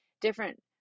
different